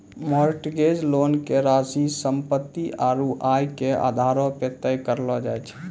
mortgage loan के राशि सम्पत्ति आरू आय के आधारो पे तय करलो जाय छै